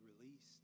released